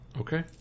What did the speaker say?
Okay